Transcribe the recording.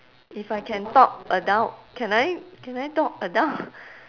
if I can talk adult can I can I talk adult